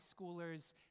schoolers